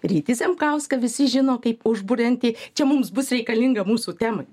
rytį zemkauską visi žino kaip užburiantį čia mums bus reikalinga mūsų temai